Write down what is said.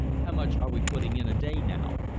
how much are we putting in a day, now?